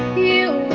you